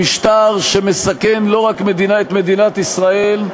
למשטר שמסכן לא רק את מדינת ישראל,